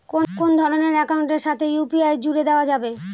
কোন ধরণের অ্যাকাউন্টের সাথে ইউ.পি.আই জুড়ে দেওয়া যাবে?